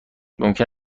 ممکن